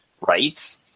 Right